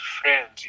friends